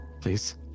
please